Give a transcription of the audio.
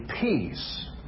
peace